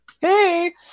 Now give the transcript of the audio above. Hey